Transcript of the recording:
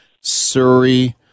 Surrey